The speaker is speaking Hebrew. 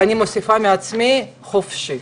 ואני מוסיפה מעצמי, חופשי.